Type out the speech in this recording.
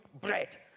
bread